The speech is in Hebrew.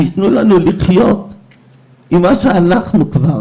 תנו לנו לחיות עם מה שאנחנו כבר,